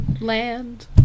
land